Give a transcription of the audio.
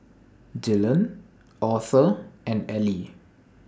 Dylan Auther and Elie